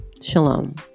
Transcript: Shalom